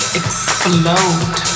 explode